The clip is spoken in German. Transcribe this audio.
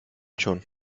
schon